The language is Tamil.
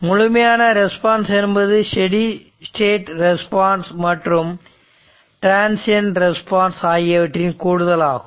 முழுமையான ரெஸ்பான்ஸ் என்பது ஸ்டடி ஸ்டேட் ரெஸ்பான்ஸ் மற்றும் டிரன்சியண்ட் ரெஸ்பான்ஸ் ஆகியவற்றின் கூடுதலாகும்